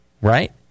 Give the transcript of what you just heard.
Right